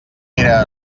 era